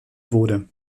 wurde